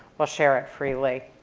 will share it freely.